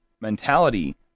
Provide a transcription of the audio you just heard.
mentality